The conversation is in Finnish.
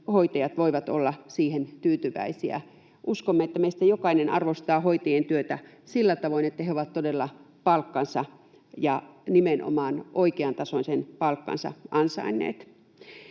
hoitajat voivat olla siihen tyytyväisiä. Uskomme, että meistä jokainen arvostaa hoitajien työtä sillä tavoin, että he ovat todella palkkansa ja nimenomaan oikean tasoisen palkkansa ansainneet.